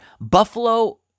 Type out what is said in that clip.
Buffalo